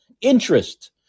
interest